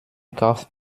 kauft